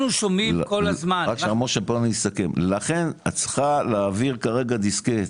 לכן את צריכה להעביר כרגע דיסקט.